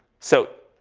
so